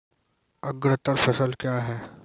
अग्रतर फसल क्या हैं?